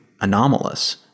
anomalous